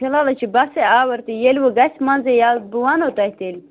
فِلحال حظ چھِ بَسے آوٕرۍ تہٕ ییٚلہِٕ گژھِ منٛزٕ یَلہٕ بہٕ وَنہو تۄہہِ تیٚلہِ